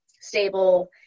stable